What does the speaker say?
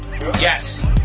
Yes